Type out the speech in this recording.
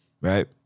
Right